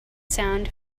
sound